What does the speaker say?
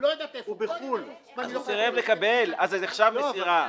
הוא סירב לקבל זה נחשב מסירה.